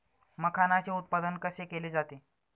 मखाणाचे उत्पादन कसे केले जाते?